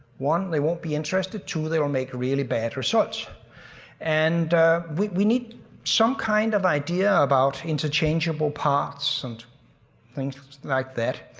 one, they won't be interested, two, they will make really bad results and we need some kind of idea about interchangeable parts and things like that.